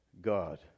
God